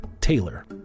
Taylor